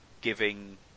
giving